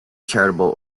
charitable